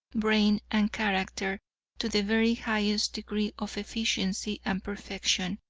brain and character to the very highest degree of efficiency and perfection.